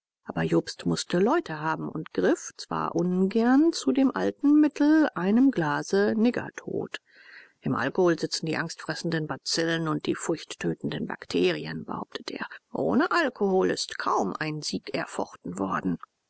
aber jobst mußte leute haben und griff zwar ungern zu dem alten mittel einem glase niggertod im alkohol sitzen die angstfressenden bazillen und die furchttötenden bakterien behauptete er ohne alkohol ist kaum ein sieg erfochten worden